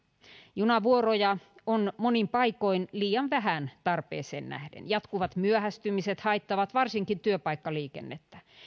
junavuoroja on monin paikoin liian vähän tarpeeseen nähden jatkuvat myöhästymiset haittaavat varsinkin työpaikkaliikennettä